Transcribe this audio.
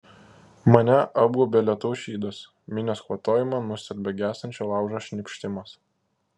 mane apgaubia lietaus šydas minios kvatojimą nustelbia gęstančio laužo šnypštimas